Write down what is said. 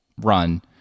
run